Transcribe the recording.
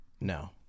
No